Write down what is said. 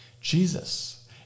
Jesus